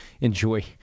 enjoy